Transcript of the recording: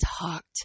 talked